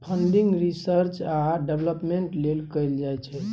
funding research आ development लेल कएल जाइ छै